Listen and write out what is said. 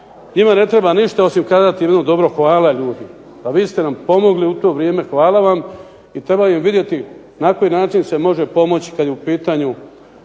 njima ne treba ništa osim kazati jedno dobro hvala ljudi, pa vi ste nam pomogli u to vrijeme, hvala vam i treba vidjeti na koji način se može pomoći kad je u pitanju